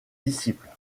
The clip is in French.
disciples